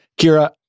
Kira